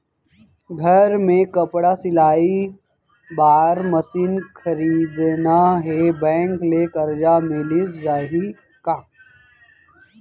घर मे कपड़ा सिलाई बार मशीन खरीदना हे बैंक ले करजा मिलिस जाही का?